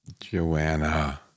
Joanna